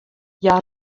hja